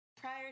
prior